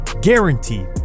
Guaranteed